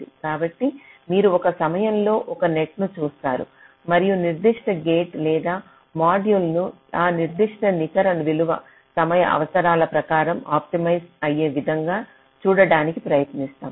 కాబట్టి మీరు ఒక సమయంలో ఒక నెట్ను చూస్తారు మరియు నిర్దిష్ట గేట్ లేదా మాడ్యూల్ను ఆ నిర్దిష్ట నికర విలువ సమయ అవసరాల ప్రకారం ఆప్టిమైజ్ అయ్యే విధంగా ఉంచడానికి ప్రయత్నిస్తాం